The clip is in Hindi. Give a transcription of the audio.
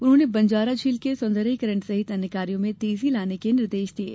उन्होंने बंजारा झील के सौंदर्यीकरण सहित अन्य कार्यो में तेजी लाने के निर्देश दिये